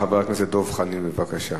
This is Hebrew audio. חבר הכנסת דב חנין, בבקשה.